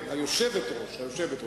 היושבת-ראש.